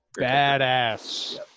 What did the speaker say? badass